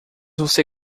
você